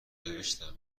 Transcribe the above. نوشتم